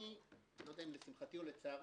אני נוטה לבקר